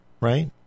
right